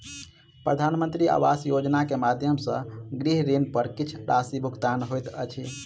प्रधानमंत्री आवास योजना के माध्यम सॅ गृह ऋण पर किछ राशि भुगतान होइत अछि